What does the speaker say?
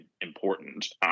important